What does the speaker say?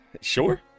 sure